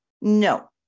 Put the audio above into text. No